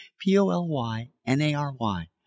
P-O-L-Y-N-A-R-Y